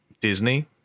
Disney